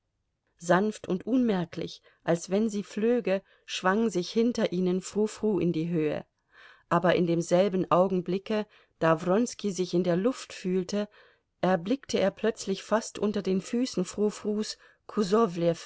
sanft und unmerklich als wenn sie flöge schwang sich hinter ihnen frou frou in die höhe aber in demselben augenblicke da wronski sich in der luft fühlte erblickte er plötzlich fast unter den füßen